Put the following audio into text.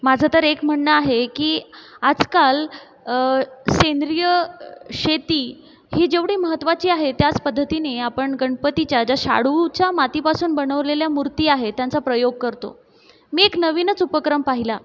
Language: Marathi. माझं तर एक म्हणणं आहे की आजकाल सेंद्रिय शेती ही जेवढी महत्वाची आहे त्याच पद्धतीने आपण गणपतीच्या ज्या शाडूच्या मातीपासून बनवलेल्या मूर्ती आहेत त्यांचा प्रयोग करतो मी एक नवीनच उपक्रम पाहिला